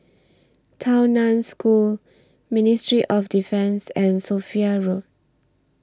Tao NAN School Ministry of Defence and Sophia Road